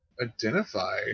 identify